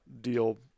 deal